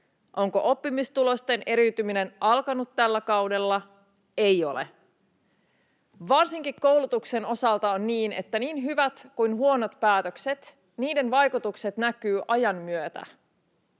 Onko oppimistulosten eriytyminen alkanut tällä kaudella? Ei ole. Varsinkin koulutuksen osalta on niin, että niin hyvien kuin huonojen päätösten vaikutukset näkyvät ajan myötä.